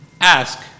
ask